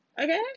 Okay